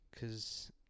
cause